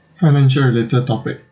financial related topic